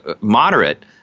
moderate